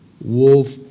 wolf